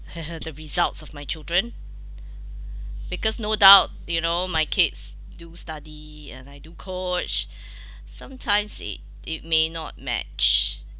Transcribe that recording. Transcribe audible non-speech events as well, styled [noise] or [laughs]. [laughs] the results of my children because no doubt you know my kids do study and I do coach [breath] sometimes it it may not match